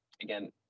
Again